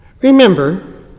Remember